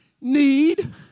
need